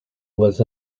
was